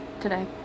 today